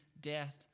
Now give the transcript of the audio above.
death